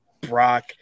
Brock